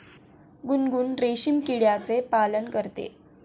गुनगुन रेशीम किड्याचे पालन करते